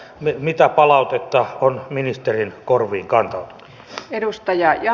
mitä palautetta on ministerin korviin kantautunut